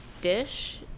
dish